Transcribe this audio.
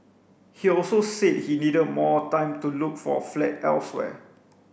he also said he needed more time to look for a flat elsewhere